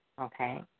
okay